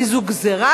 כי זו גזירה,